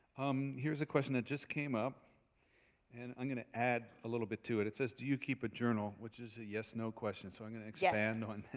um here is a question that just came up and i'm going to add a little bit to it. it says, do you keep a journal, which is a yes no question so i'm going to expand on